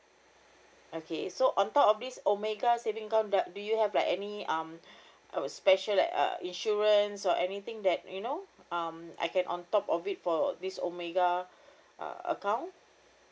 okay so on top of this omega saving account does do you have like any um uh special like uh insurance or anything that you know um I can on top of it for this omega uh account